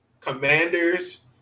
Commanders